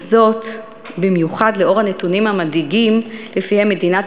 וזאת במיוחד לאור הנתונים המדאיגים שלפיהם מדינת